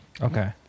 Okay